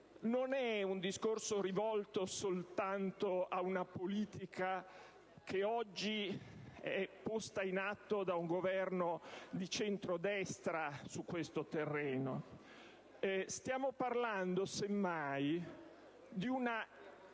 non è rivolto soltanto a una politica oggi posta in atto da un Governo di centrodestra su questo terreno. Stiamo parlando, semmai, di una